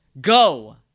Go